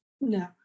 No